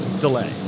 Delay